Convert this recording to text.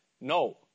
no